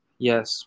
Yes